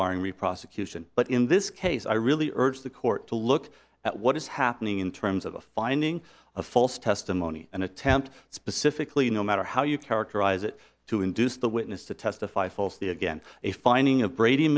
the prosecution but in this case i really urge the court to look at what is happening in terms of a finding of false testimony and attempt specifically no matter how you characterize it to induce the witness to testify falsely again a finding of brady